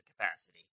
capacity